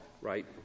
right—